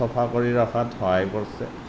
চফা কৰি ৰখাত সহায় কৰিছে